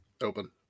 Open